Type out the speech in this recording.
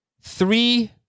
three